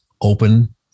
open